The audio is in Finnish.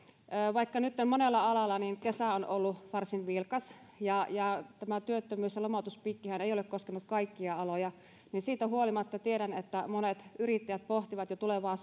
vaikka monella alalla kesä on nytten ollut varsin vilkas tämä työttömyys ja lomautuspiikkihän ei ole koskenut kaikkia aloja niin siitä huolimatta tiedän että monet yrittäjät pohtivat jo tulevaa